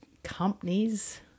Companies